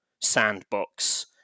sandbox